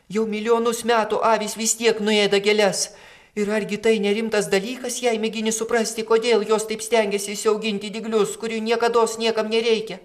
jau milijonus metų avys vis tiek nuėda gėles ir argi tai nerimtas dalykas jei mėgini suprasti kodėl jos taip stengiasi išsiauginti dyglius kurių niekados niekam nereikia